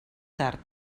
tard